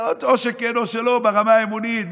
או שכן או שלא, ברמה האמונית.